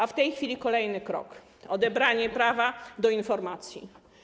A w tej chwili kolejny krok - odebranie prawa do informacji.